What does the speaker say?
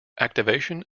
activation